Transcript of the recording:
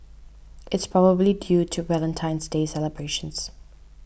it's probably due to Valentine's Day celebrations